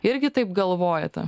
irgi taip galvojate